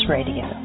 Radio